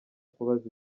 kubaza